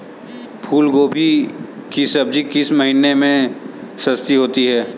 फूल गोभी की सब्जी किस महीने में सस्ती होती है?